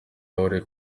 bahuriye